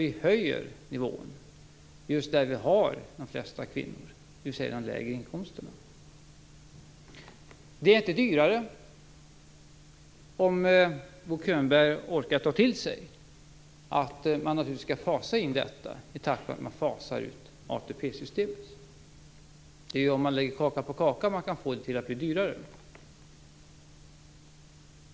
Vi höjer ju nivån just där de flesta kvinnorna finns, dvs. i de lägre inkomsterna. Förslaget är inte dyrare - om nu Bo Könberg orkar ta till sig att man naturligtvis skall fasa in detta i takt med att man fasar ut ATP-systemet. Det är om man lägger kaka på kaka som man kan få det till att bli dyrare.